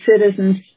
citizens